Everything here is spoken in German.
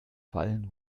fallen